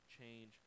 change